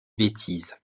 bêtises